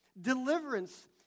Deliverance